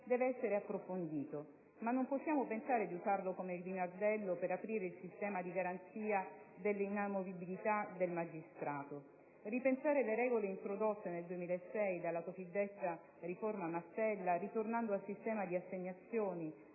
deve essere approfondito, ma non possiamo pensare di usarlo come grimaldello per aprire il sistema di garanzia dell'inamovibilità del magistrato. Ripensare le regole introdotte nel 2006 dalla cosiddetta riforma Mastella, ritornando al sistema di assegnazione